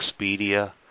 Expedia